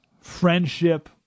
friendship